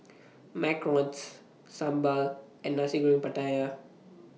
Macarons Sambal and Nasi Goreng Pattaya